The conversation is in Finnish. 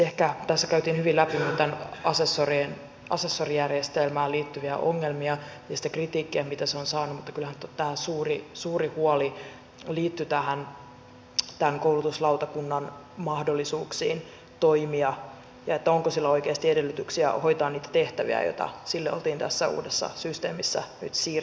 tässä käytiin hyvin läpi tähän asessorijärjestelmään liittyviä ongelmia ja sitä kritiikkiä mitä se on saanut mutta kyllähän suuri huoli liittyi tämän koulutuslautakunnan mahdollisuuksiin toimia ja siihen onko sillä oikeasti edellytyksiä hoitaa niitä tehtäviä joita sille oltiin tässä uudessa systeemissä nyt siirtämässä